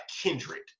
kindred